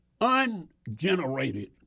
ungenerated